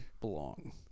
belong